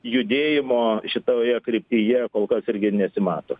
judėjimo šitoje kryptyje kol kas irgi nesimato